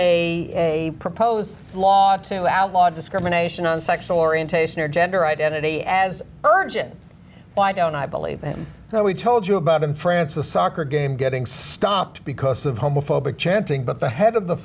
a proposed law to outlaw discrimination on sexual orientation or gender identity as urgent why don't i believe him now we told you about in france the soccer game getting stopped because of homophobic chanting but the head of the